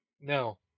No